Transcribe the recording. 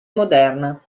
moderna